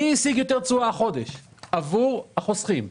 מי השיג יותר תשואה החודש עבור החוסכים?